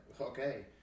Okay